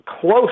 close